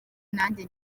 nanjye